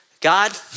God